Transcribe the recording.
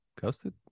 ghosted